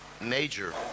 major